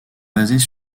basés